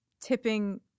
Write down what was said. tipping